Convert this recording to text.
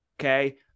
okay